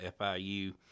FIU